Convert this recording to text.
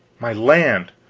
my land,